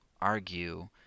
argue